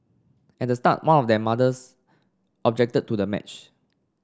at start more of their mothers objected to the match